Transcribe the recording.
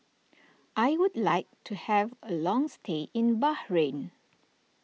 I would like to have a long stay in Bahrain